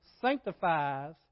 sanctifies